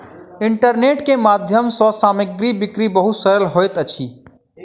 internet के माध्यम सँ सामग्री बिक्री बहुत सरल होइत अछि